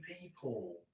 people